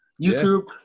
YouTube